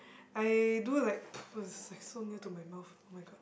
I do like it's it's like so near to my mouth [oh]-my-god